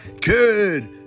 Good